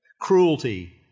Cruelty